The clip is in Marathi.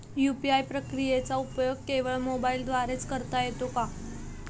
यू.पी.आय प्रक्रियेचा उपयोग केवळ मोबाईलद्वारे च करता येतो का?